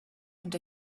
and